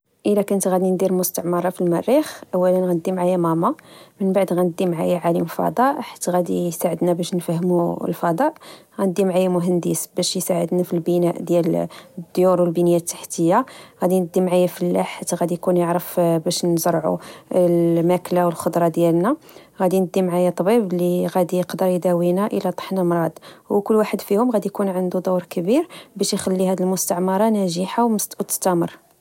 إلى كنت غادي ندير مستعمارة في المريخ؟ أولا غادي معايا ماما من بعد غندي معايا علي الفضاء، حيت غادي يساعدنا باش نفهمو الفضاء غاندي معايا مهندس باش يساعدنا في البناء ديال الديور والبنية التحتية، غادي ندي معايا فلاح غادي يكون يعرف باش نزرعو الماكلة، والخضرة ديالنا غادي ندي معايا طبيب لي غادي يقدر يداوينا إلى طحنا مراض، وكل واحد فيهم غادي يكون عنده دور كبير بش يخلي هاد المستعمرة ناجحة ومستمر